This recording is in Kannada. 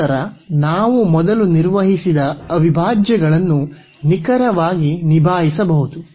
ನಂತರ ನಾವು ಮೊದಲು ನಿರ್ವಹಿಸಿದ ಅವಿಭಾಜ್ಯಗಳನ್ನು ನಿಖರವಾಗಿ ನಿಭಾಯಿಸಬಹುದು